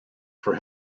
for